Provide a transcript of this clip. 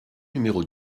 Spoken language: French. numéro